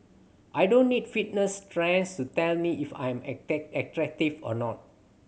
I don't need fitness trends to tell me if I'm attack attractive or not